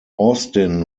austin